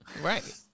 Right